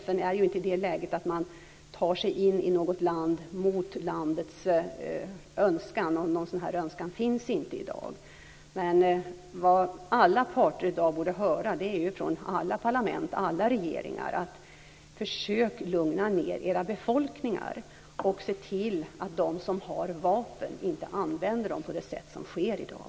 FN är inte i det läget att man tar sig in i något land mot landets önskan, och någon sådan önskan finns inte i dag. Vad alla parter i dag borde höra från alla parlament och alla regeringar är att de ska försöka lugna ned sina befolkningar och se till att de som har vapen inte använder dem på det sätt som sker i dag.